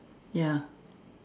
ya